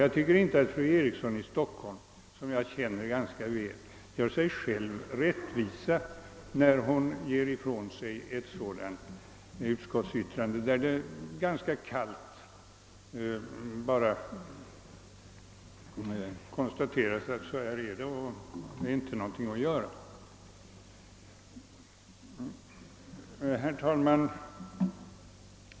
Jag tycker inte att fru Eriksson i Stockholm, som jag känner ganska väl, gör sig själv rättvisa när hon ger ifrån sig ett sådant utlåtande, där det bara ganska kallt konstateras att så här är det och det är inte någonting att göra åt. Herr talman!